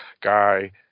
guy